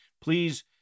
please